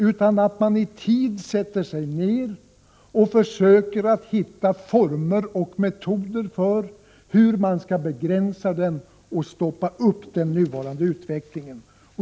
Man måste i tid sätta sig ned och försöka hitta former och metoder för hur man skall begränsa och stoppa den nuvarande utvecklingen.